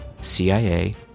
CIA